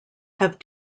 have